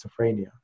schizophrenia